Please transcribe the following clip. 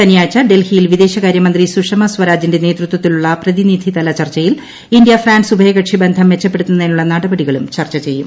ശനിയാഴ്ച ഡൽഹിയിൽ വിദേശകാര്യമന്ത്രി സുഷമാ സ്വരാജിന്റെ നേതൃത്വത്തിലുള്ള പ്രതിനിധിതല ചർച്ചയിൽ ഇന്ത്യ ഫ്രാൻസ് ഉഭയകക്ഷി ബന്ധം മെച്ചപ്പെടുത്തുന്നതിനുള്ള നടപടികളും ചർച്ചചെയ്യും